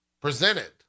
Presented